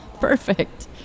perfect